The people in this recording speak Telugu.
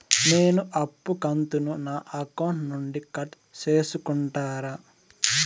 నేను అప్పు కంతును నా అకౌంట్ నుండి కట్ సేసుకుంటారా?